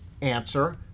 answer